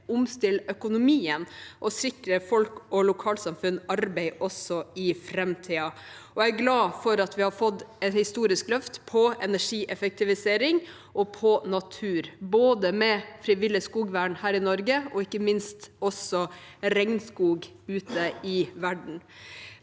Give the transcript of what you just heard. omstiller økonomien og sikrer folk og lokalsamfunn arbeid også i framtiden. Jeg er også glad for at vi har fått et historisk løft på energieffektivisering og på natur, med både frivillig skogvern her i Norge og, ikke minst, også vern av regnskog ute i verden.